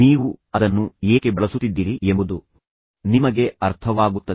ನೀವು ಅದನ್ನು ಏಕೆ ಬಳಸುತ್ತಿದ್ದೀರಿ ಎಂಬುದು ನಿಮಗೆ ಅರ್ಥವಾಗುತ್ತದೆ